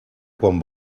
quan